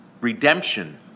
redemption